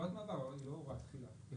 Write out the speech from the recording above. הוראת מעבר היא לא הוראת תחילה.